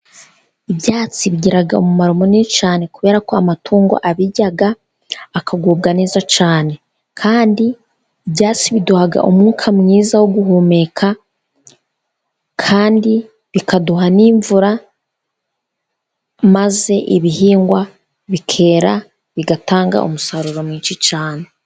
Ibyatsi bigira umumaro munini cyane, kubera ko amatungo abirya akagubwa neza cyane, kandi ibyatsi biduha umwuka mwiza wo guhumeka, kandi bikaduha n'imvura maze ibihingwa bikera bigatanga umusaruro mwinshi cyane.